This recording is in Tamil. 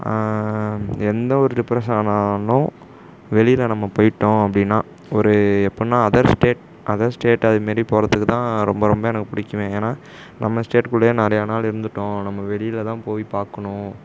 எந்த ஒரு டிப்ரஷன் ஆனாலும் வெளியில் நம்ம போயிட்டோம் அப்படின்னா ஒரு எப்பிடினா அதர் ஸ்டேட் அதர் ஸ்டேட் அதுமாரி போகிறத்துக்கு தான் ரொம்ப ரொம்ப எனக்கு பிடிக்குமே ஏன்னால் நம்ம ஸ்டேட்க்குள்ளே நிறையா நாள் இருந்துட்டோம் நம்ம வெளியேலலாம் போய் பார்க்குணும்